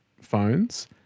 phones